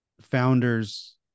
founders